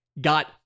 Got